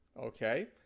Okay